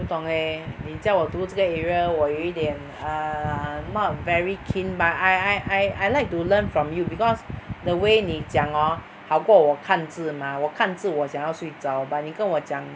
不懂 eh 你叫我读这个 area 我一点 err not very keen but I I I I like to learn from you because the way 你讲 orh 好过我看字 mah 我看字我想要睡着 but 你跟我讲